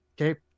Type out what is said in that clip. Okay